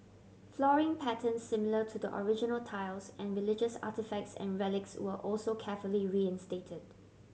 flooring pattern similar to the original tiles and religious artefacts and relics were also carefully reinstated